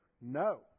no